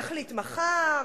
נחליט מחר,